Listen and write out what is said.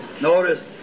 Notice